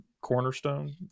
cornerstone